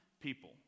people